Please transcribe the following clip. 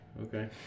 Okay